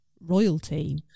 royalty